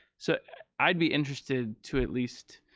so i'd be interested to at least